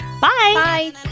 Bye